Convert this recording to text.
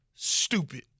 Stupid